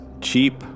cheap